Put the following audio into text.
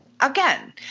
again